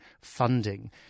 funding